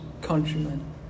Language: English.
countrymen